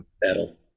battle